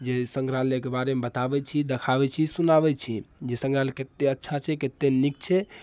जे सङ्ग्रहालयके बारेमे बताबैत छी देखाबैत छी सुनाबैत छी जे सङ्ग्रहालय कतेक अच्छा छै कतेक नीक छै